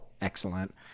Excellent